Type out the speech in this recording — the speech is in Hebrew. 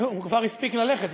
הוא כבר הספיק ללכת,